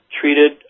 treated